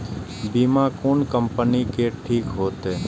बीमा कोन कम्पनी के ठीक होते?